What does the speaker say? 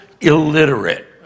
illiterate